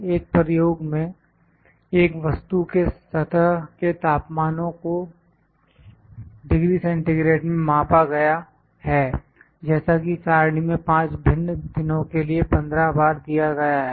एक प्रयोग में एक वस्तु के सतह के तापमानो को ℃ में मापा गया है जैसा कि सारणी में 5 भिन्न दिनों के लिए 15 बार दिया गया है